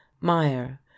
Meyer